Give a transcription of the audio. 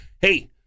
hey